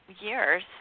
Years